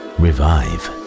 revive